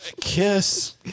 Kiss